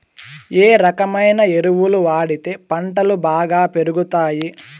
ఏ రకమైన ఎరువులు వాడితే పంటలు బాగా పెరుగుతాయి?